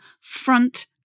front